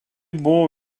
buvo